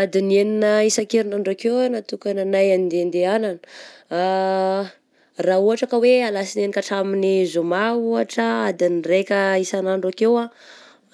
Adiny enina isan-kerinandro akeo ah natokananay handehandehanana, raha ohatra ka hoe alasinainy ka hatramin'ny zoma ohatra adin'ny raika isan'andro akeo